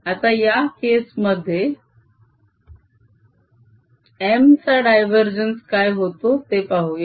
आता या केस मध्ये M चा डायवरजेन्स काय होतो ते पाहूया